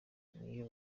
niyo